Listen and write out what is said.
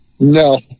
No